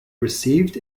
received